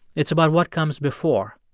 it's about what comes before,